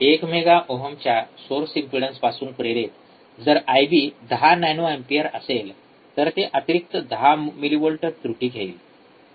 एक मेगा ओहमच्या सोर्स इम्पेडन्सपासून प्रेरित जर आय बी १० नॅनो एंपियर असेल तर ते अतिरिक्त १० मिलीवोल्ट त्रुटी घेईल